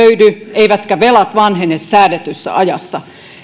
eivätkä velat vanhene säädetyssä ajassa